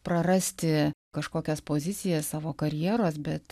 prarasti kažkokias pozicijas savo karjeros bet